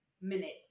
minute